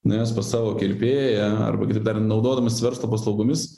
nuėjęs pas savo kirpėją arba dar naudodamas verslo paslaugomis